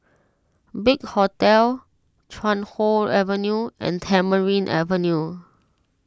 Big Hotel Chuan Hoe Avenue and Tamarind Avenue